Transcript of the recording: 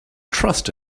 trust